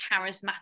charismatic